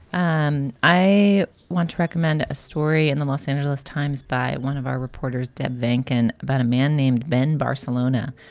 um i want to recommend a story in the los angeles times by one of our reporters, deb vinken, about a man named ben barcelona,